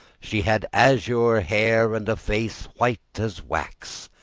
she had azure hair and a face white as wax.